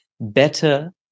better